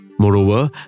Moreover